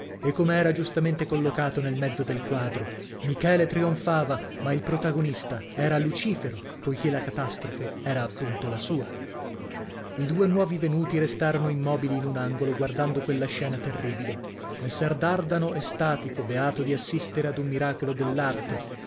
e come era giustamente collocato nel mezzo del quadro michele trionfava ma il protagonista era lucifero poichè la catastrofe era appunto la sua i due nuovi venuti restarono immobili in un angolo guardando quella scena terribile messer dardano estatico beato di assistere ad un miracolo dell'arte